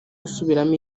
gusubiramo